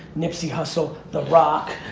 nipsi, hussle, the rock,